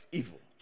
evil